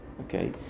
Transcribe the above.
okay